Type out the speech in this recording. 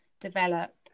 develop